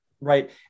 right